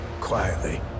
quietly